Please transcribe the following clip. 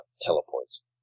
teleports